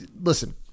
listen